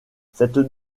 cette